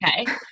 Okay